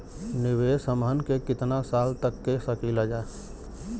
निवेश हमहन के कितना साल तक के सकीलाजा?